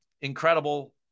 incredible